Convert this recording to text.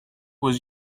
was